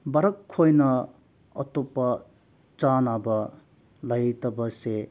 ꯚꯥꯔꯠꯈꯣꯏꯅ ꯑꯇꯣꯞꯄ ꯆꯥꯟꯅꯕ ꯂꯩꯇꯕꯁꯦ